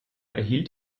erhielt